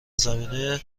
زمینه